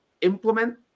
implement